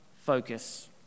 focus